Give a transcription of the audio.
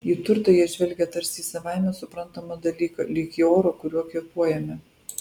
į turtą jie žvelgia tarsi į savaime suprantamą dalyką lyg į orą kuriuo kvėpuojame